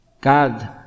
God